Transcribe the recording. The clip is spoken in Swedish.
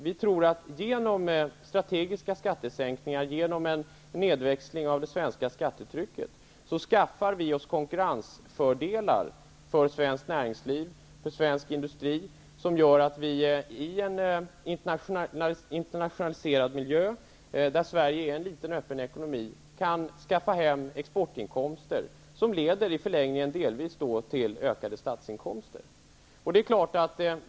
Den anser att vi genom strategiska skattesänkningar och en nedväxling av det svenska skattetrycket skaffar konkurrensfördelar för svenskt näringsliv och svensk industri som gör att vi i en internationaliserad miljö, där Sverige är en liten öppen ekonomi, kan skaffa hem exportinkomster. Dessa leder i förlängningen delvis till ökade statsinkomster.